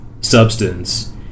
substance